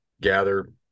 gather